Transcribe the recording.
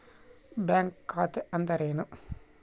Bank ಖಾತೆ ಅಂದರೆ ಏನು?